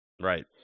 Right